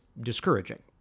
discouraging